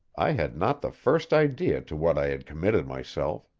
i had not the first idea to what i had committed myself.